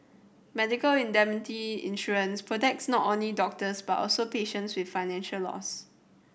medical indemnity insurance protects not only doctors but also patients with financial loss